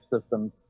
systems